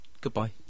Goodbye